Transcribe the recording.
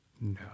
no